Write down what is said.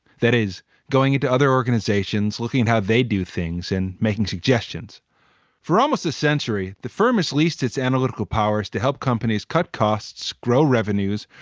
that is going into other organizations, looking at how they do things and making suggestions for almost a century. the firm is at least its analytical powers to help companies cut costs, grow revenues,